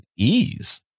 Ease